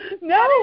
No